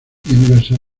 universal